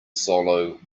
solo